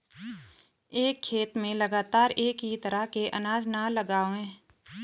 एक खेत में लगातार एक ही तरह के अनाज न लगावें